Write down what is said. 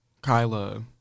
Kyla